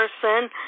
person